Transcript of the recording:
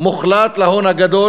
מוחלט להון הגדול